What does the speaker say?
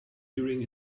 during